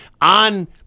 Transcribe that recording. on